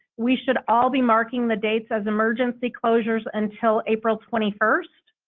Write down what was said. we should all be marking the dates as emergency closures until april twenty first?